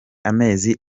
amezi